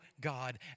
God